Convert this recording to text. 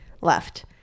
left